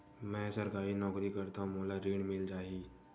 मै सरकारी नौकरी करथव मोला ऋण मिल जाही?